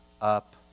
up